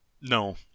No